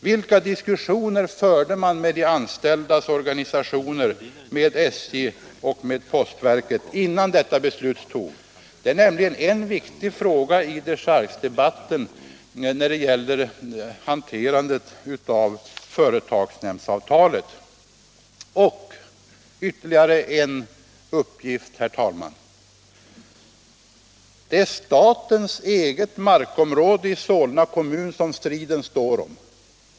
Vilka diskussioner förde man med de anställdas organisationer, med SJ och med postverket innan detta beslut togs? Det är en viktig fråga i dechargedebatten när det gäller hanterandet av företagsnämndsavtalet. Ytterligare en uppgift, herr talman! Det är om statens eget markområde i Solna kommun som striden står.